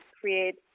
create